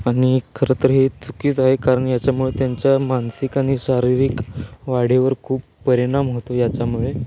आणि खरं तर हे चुकीचं आहे कारण याच्यामुळे त्यांच्या मानसिक आणि शारीरिक वाढीवर खूप परिणाम होतो याच्यामुळे